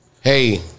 Hey